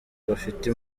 bafite